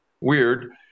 weird